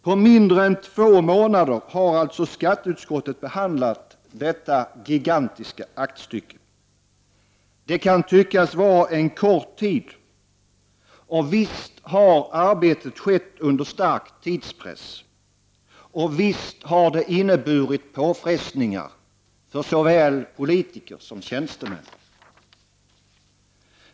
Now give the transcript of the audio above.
På mindre än två månader har alltså skatteutskottet behandlat detta gigantiska aktstycke. Det kan tyckas vara en kort tid, och visst har arbetet skett under stark tidspress. Visst har det inneburit påfrestningar för såväl politiker som tjänstemän.